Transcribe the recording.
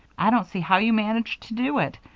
i don't see how you managed to do it.